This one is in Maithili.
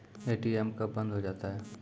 ए.टी.एम कब बंद हो जाता हैं?